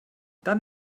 dann